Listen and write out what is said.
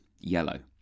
yellow